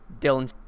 Dylan